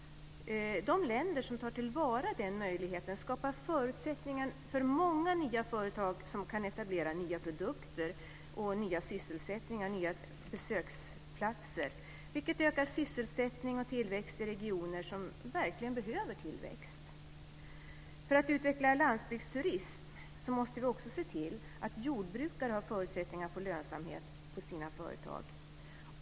De länder som tar till vara den möjligheten skapar förutsättningar för många nya företag som kan etablera nya produkter, nya sysselsättningar och nya besöksplatser, vilket ökar sysselsättning och tillväxt i regioner som verkligen behöver tillväxt. För att utveckla landsbygdsturism måste vi också se till att jordbrukare har förutsättning att få lönsamhet i sina företag.